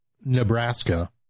Nebraska